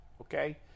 Okay